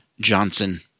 Johnson